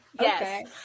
yes